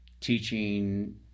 teaching